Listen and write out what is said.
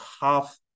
half